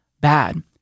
bad